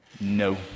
No